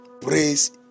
Praise